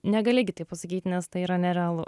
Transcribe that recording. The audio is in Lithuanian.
negali gi taip pasakyt nes tai yra nerealu